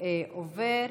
הצעת החוק עוברת.